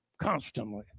constantly